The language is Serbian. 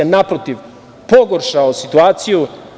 Naprotiv, pogoršao je situaciju.